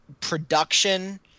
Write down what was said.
production